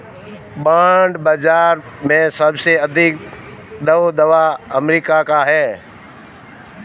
bond बाजार में सबसे अधिक दबदबा अमेरिका का है